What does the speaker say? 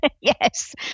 Yes